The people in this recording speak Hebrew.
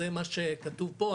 זה מה שכתוב פה,